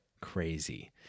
crazy